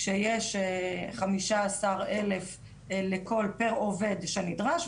כשיש חמישה עשר אלף פר עובד שנדרש,